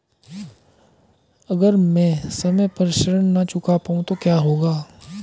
अगर म ैं समय पर ऋण न चुका पाउँ तो क्या होगा?